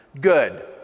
good